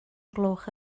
gloch